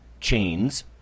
chains